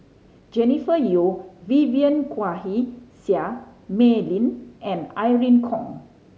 Jennifer Yeo Vivien Quahe Seah Mei Lin and Irene Khong